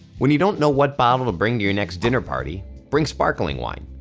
when you don't know what bottle to bring to your next dinner party bring sparkling wine.